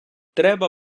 треба